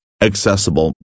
accessible